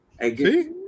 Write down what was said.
See